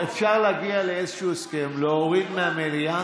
אפשר להגיע לאיזשהו הסכם: להוריד מהמליאה